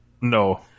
No